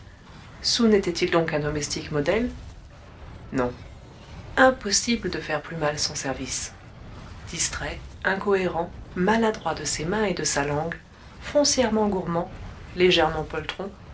soun était-il donc un domestique modèle non impossible de faire plus mal son service distrait incohérent maladroit de ses mains et de sa langue foncièrement gourmand légèrement poltron